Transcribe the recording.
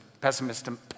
pessimism